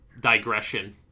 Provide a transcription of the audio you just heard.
digression